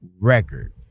record